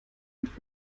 und